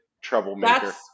troublemaker